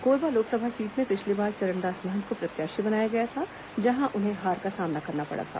Korba Lok Sabha seat में पिछली बार चरणदास महंत को प्रत्याशी बनाया गया था जहां उन्हें हार का सामना करना पड़ा था